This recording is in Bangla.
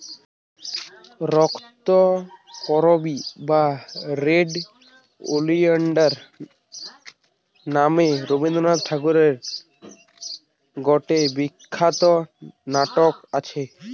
রক্তকরবী বা রেড ওলিয়েন্ডার নামে রবীন্দ্রনাথ ঠাকুরের গটে বিখ্যাত নাটক আছে